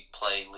play